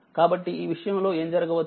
కాబట్టిఈ విషయంలో ఏం జరగవచ్చు